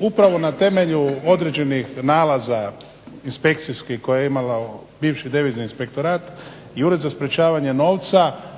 upravo na temelju određenih nalaza inspekcijski koje je imala bivši devizni inspektorat i Ured za sprečavanje novca